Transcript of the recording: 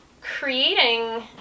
creating